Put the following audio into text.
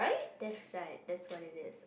that's right that's what it is